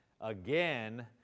Again